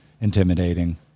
intimidating